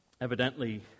evidently